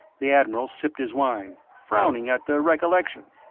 the admiral sipped his wine, frowning at the recollection.